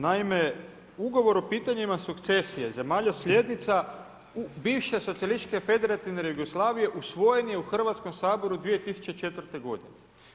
Naime ugovor o pitanjima sukcesije zemalja slijednica u bivšoj socijalističkoj federativnoj Jugoslaviji, usvojen je u Hrvatskom saboru 2004. godine.